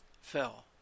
fell